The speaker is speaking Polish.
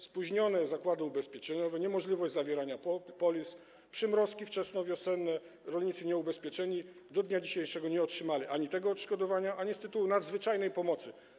Spóźnione zakłady ubezpieczeniowe, niemożność zawierania polis, przymrozki wczesnowiosenne, rolnicy nieubezpieczeni do dnia dzisiejszego nie otrzymali ani tego odszkodowania, ani z tego tytułu nadzwyczajnej pomocy.